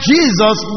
Jesus